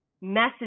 message